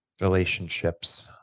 relationships